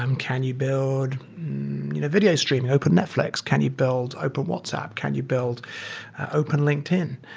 um can you build video streaming, open netflix? can you build open whatsapp? can you build open linkedin?